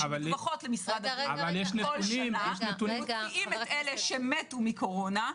שמדווחות למשרד הבריאות כל שנה ומוציאים את אלה שמתו מקורונה,